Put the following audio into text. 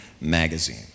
magazine